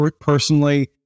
personally